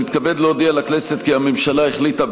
אני מתכבד להודיע לכנסת כי הממשלה החליטה,